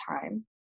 time